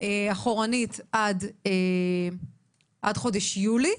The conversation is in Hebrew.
אחורנית עד חודש יולי.